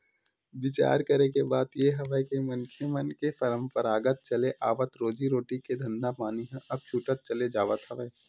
बिचार करे के बात ये हवय के मनखे मन के पंरापरागत चले आवत रोजी रोटी के धंधापानी ह अब छूटत चले जावत हवय